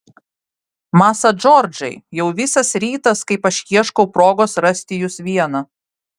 masa džordžai jau visas rytas kaip aš ieškau progos rasti jus vieną